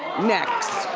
next.